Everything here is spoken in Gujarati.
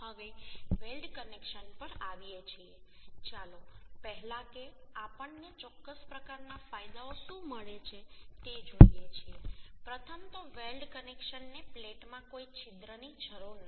હવે વેલ્ડ કનેક્શન પર આવીએ છીએ ચાલો પહેલા કે આપણને ચોક્કસ પ્રકારના ફાયદાઓ શું મળે છે તે જોઈએ છે પ્રથમ તો વેલ્ડ કનેક્શનને પ્લેટમાં કોઈ છિદ્રની જરૂર નથી